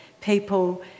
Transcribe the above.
people